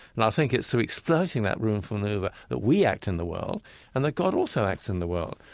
and i think it's through exploiting that room for maneuver that we act in the world and that god also acts in the world.